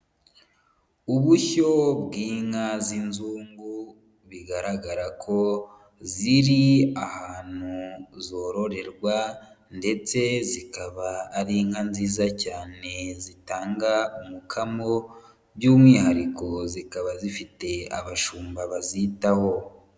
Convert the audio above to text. Ubushyo bw'inka z'inzungu bigaragara ko ziri ahantu zororerwa ndetse zikaba ari inka nziza cyane zitanga umukamo, by'umwihariko zikaba zifite abashumba bazitaho.